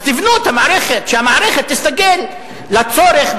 אז תבנו את המערכת, שהמערכת תסתגל לצורך.